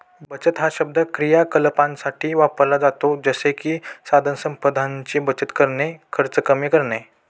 बचत हा शब्द आर्थिक क्रियाकलापांसाठी वापरला जातो जसे की संसाधनांची बचत करणे, खर्च कमी करणे